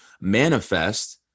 manifest